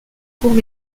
courts